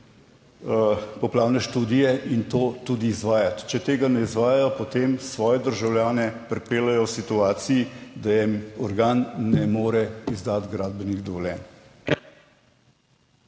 poplavne študije in to tudi izvajati. Če tega ne izvajajo, potem svoje državljane pripeljejo v situaciji, da jim organ ne more izdati gradbenih dovoljenj.